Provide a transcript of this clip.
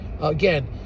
Again